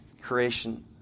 Creation